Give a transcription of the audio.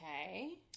Okay